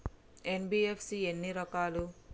NBFC ఎన్ని రకాలు?